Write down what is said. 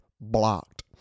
Blocked